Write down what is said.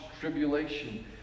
tribulation